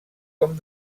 com